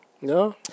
no